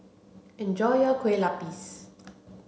enjoy your Kueh Lupis